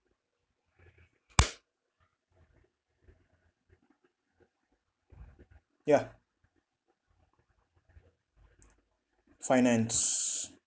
ya finance